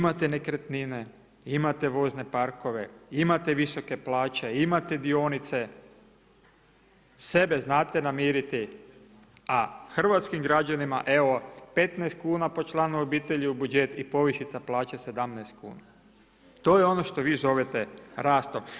Imate nekretnine, imate vozne parkove, imate visoke plaće, imate dionice, sebe znate namiriti, a hrvatskim građanima evo 15 kuna po članu obitelji u budžet i povišica plaće 17 kuna. to je ono što vi zovete rastom.